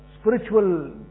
spiritual